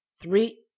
Three